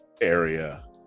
area